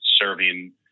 serving